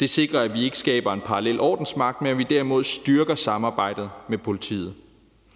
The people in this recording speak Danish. Det sikrer, at vi ikke skaber en parallel ordensmagt, men at vi derimod styrker samarbejdet med politiet.